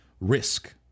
risk